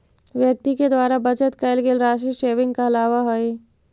व्यक्ति के द्वारा बचत कैल गेल राशि सेविंग कहलावऽ हई